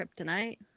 kryptonite